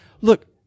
Look